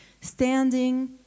standing